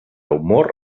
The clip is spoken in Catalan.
humor